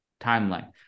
timeline